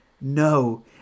No